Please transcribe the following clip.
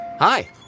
Hi